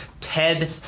Ted